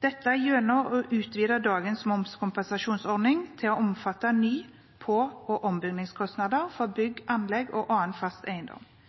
gjennom å utvide dagens momskompensasjonsordning til å omfatte ny-, på- og ombyggingskostnader for bygg, anlegg og annen fast eiendom,